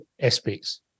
aspects